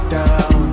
down